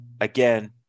again